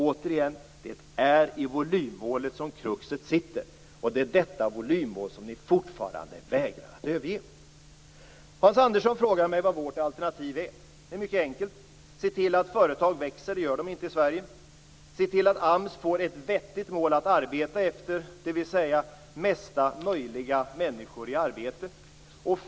Återigen: Det är i volymmålet som kruxet sitter och det är detta volymmål som ni fortfarande vägrar att överge. Hans Andersson frågar mig vad vårt alternativ är. Det är mycket enkelt att svara på den frågan: Det gäller att se till att företag växer - det gör de inte i Sverige - och att se till att AMS får ett vettigt mål att arbeta efter, dvs. att få så många människor som möjligt i arbete.